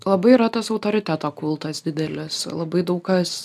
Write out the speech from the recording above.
labai yra tas autoriteto kultas didelis labai daug kas